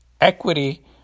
equity